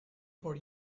for